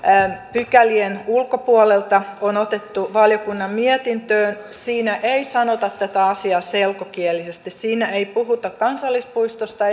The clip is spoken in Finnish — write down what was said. pykälien ulkopuolelta on otettu valiokunnan mietintöön ei sanota tätä asiaa selkokielisesti siinä ei puhuta kansallispuistosta